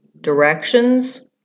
directions